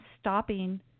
stopping